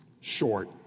short